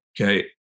Okay